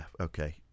okay